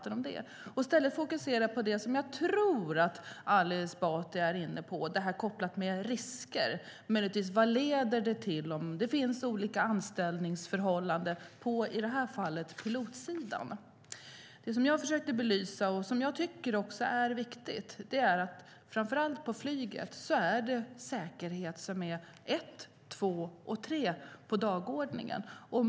I stället kan vi fokusera på det som jag tror att Ali Esbati är inne på, detta med risker och vad det möjligtvis leder till om det finns olika anställningsförhållanden på, i det här fallet, pilotsidan. Det som jag försökte belysa, och som jag tycker är viktigt, det var att inom flyget är säkerheten ett, två och tre på dagordningen.